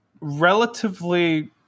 relatively